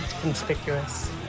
conspicuous